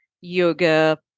yoga